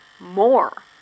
more